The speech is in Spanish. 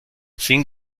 sin